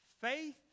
faith